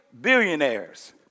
billionaires